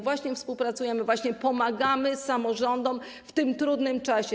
Właśnie współpracujemy, właśnie pomagamy samorządom w tym trudnym czasie.